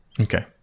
Okay